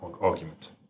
argument